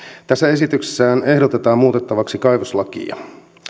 tässä esityksessähän ehdotetaan muutettavaksi kaivoslakia